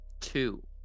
Two